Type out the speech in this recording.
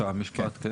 בבקשה, משפט.